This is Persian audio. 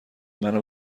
منو